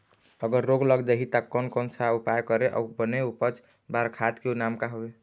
अगर रोग लग जाही ता कोन कौन सा उपाय करें अउ बने उपज बार खाद के नाम का हवे?